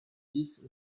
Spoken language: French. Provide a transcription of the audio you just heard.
six